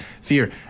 fear